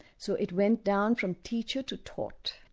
so it went down from teacher to taught.